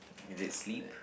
is it sleep